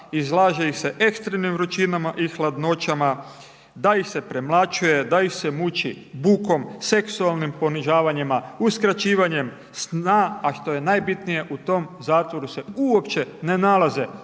izlaže ih se ekstremnim vrućinama i hladnoćama, da ih se premlaćuje, da ih se muči bukom, seksualnim ponižavanjima, uskraćivanjem sna a što je najbitnije u tom zatvoru se uopće ne nalaze